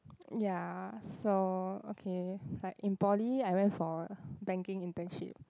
ya so okay like in poly I went for banking internship